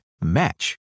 match